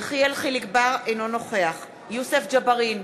יחיאל חיליק בר, אינו נוכח יוסף ג'בארין,